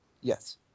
Yes